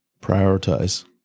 Prioritize